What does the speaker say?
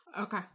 Okay